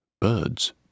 Birds